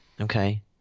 Okay